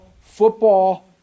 football